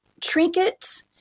trinkets